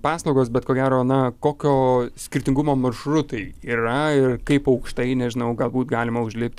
paslaugos bet ko gero na kokio skirtingumo maršrutai yra ir kaip aukštai nežinau galbūt galima užlipti